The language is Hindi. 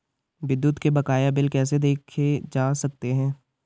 विद्युत के बकाया बिल कैसे देखे जा सकते हैं?